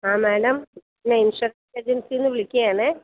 ആ മേഡം ഞാൻ ഇൻഷുറൻസ് ഏജൻസിയിൽ നിന്ന് വിളിക്കുകയാണേ